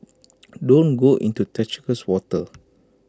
don't go into treacherous waters